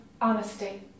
honesty